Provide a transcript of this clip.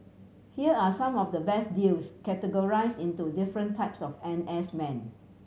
here are some of the best deals categorise into different types of N S men